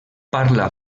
parla